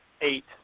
eight